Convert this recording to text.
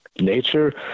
nature